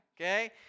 Okay